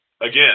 Again